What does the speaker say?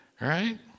Right